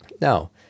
Now